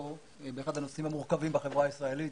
באחד הנושאים המורכבים בחברה הישראלית